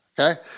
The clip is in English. Okay